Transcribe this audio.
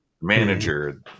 manager